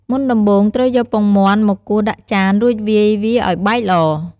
មុនដំបូងត្រូវយកពងមាន់មកគោះដាក់ចាន រួចវាយវាឱ្យបែកល្អ។